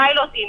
פילוטים,